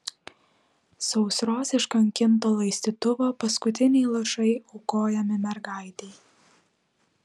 sausros iškankinto laistytuvo paskutiniai lašai aukojami mergaitei